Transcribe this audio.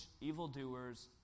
evildoers